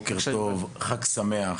בוקר טוב וחג שמח.